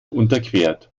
unterquert